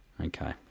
okay